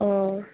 हूँ